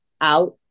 out